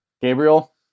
Gabriel